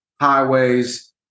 highways